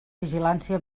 vigilància